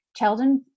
Cheldon